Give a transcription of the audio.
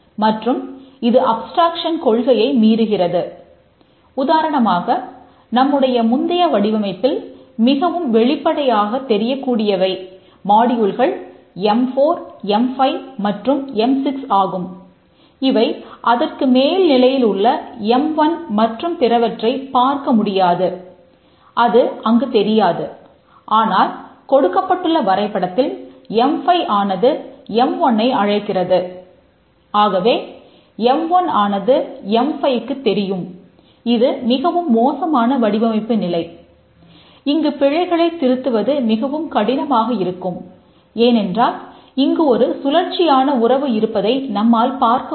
மற்றும் இது அப்ஸ்டிரேக்சன் இருப்பதை நம்மால் பார்க்க முடிகிறது